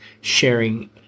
sharing